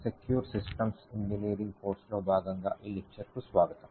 secure systems engineering కోర్సులో భాగంగా ఈ లెక్చర్ కు స్వాగతం